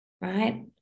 right